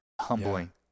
Humbling